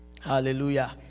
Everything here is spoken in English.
hallelujah